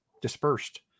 dispersed